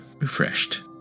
refreshed